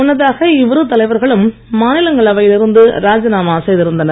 முன்னதாக இவ்விரு தலைவர்களும் மாநிலங்களவையில் இருந்து ராஜினாமா செய்திருந்தனர்